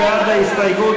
מי בעד ההסתייגות?